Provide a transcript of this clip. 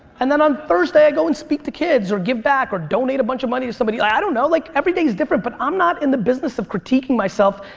and then on thursday i go and speak to kids or give back or donate a bunch of money to somebody, i don't know. like every day is different but i'm not in the business of critiquing myself.